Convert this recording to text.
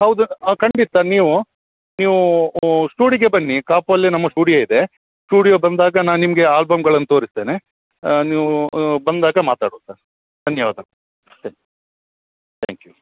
ಹೌದು ಖಂಡಿತ ನೀವು ನೀವು ಸ್ಟೂಡಿಗೆ ಬನ್ನಿ ಕಾಪುಲ್ಲಿ ನಮ್ಮ ಸ್ಟುಡಿಯೋ ಇದೆ ಸ್ಟುಡಿಯೋ ಬಂದಾಗ ನಾನು ನಿಮಗೆ ಆಲ್ಬಮ್ಗಳನ್ನು ತೋರಿಸ್ತೇನೆ ನೀವು ಬಂದಾಗ ಮಾತಾಡುವ ಸರ್ ಧನ್ಯವಾದ ಅಷ್ಟೇ ತ್ಯಾಂಕ್ ಯು